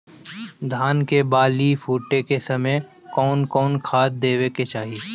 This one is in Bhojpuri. धान के बाली फुटे के समय कउन कउन खाद देवे के चाही?